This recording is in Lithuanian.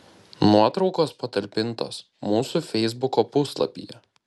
nuotraukos patalpintos mūsų feisbuko puslapyje